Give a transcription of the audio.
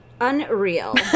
Unreal